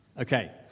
Okay